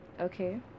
Okay